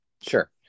Sure